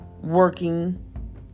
working